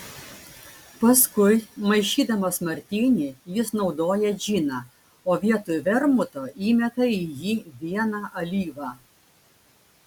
paskui maišydamas martinį jis naudoja džiną o vietoj vermuto įmeta į jį vieną alyvą